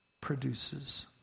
produces